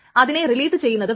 അതിനെ റിലീസ് ചെയ്യുന്നതു വരെ